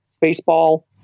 baseball